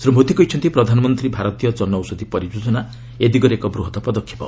ଶ୍ରୀ ମୋଦି କହିଛନ୍ତି ପ୍ରଧାନମନ୍ତ୍ରୀ ଭାରତୀୟ ଜନଔଷଧୀ ପରିଯୋଜନା ଏ ଦିଗରେ ଏକ ବୃହତ ପଦକ୍ଷେପ